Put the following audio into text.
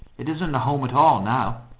it isn't a home at all now.